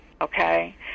okay